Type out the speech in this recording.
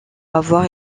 avoir